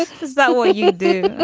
is that what you did?